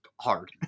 hard